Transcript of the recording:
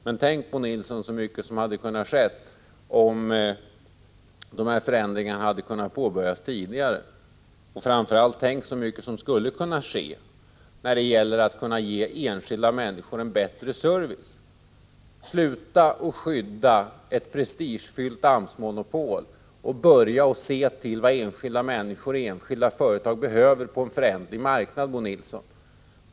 Men tänk, Bo Nilsson, så mycket som hade kunnat ske om förändringarna hade påbörjats tidigare och, framför allt, tänk så mycket som skulle kunna ske för att ge enskilda människor en bättre service! Sluta med att skydda ett prestigefyllt AMS-monopol och börja ta hänsyn till vad enskilda människor och enskilda företag behöver på en föränderlig marknad, Bo Nilsson!